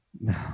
No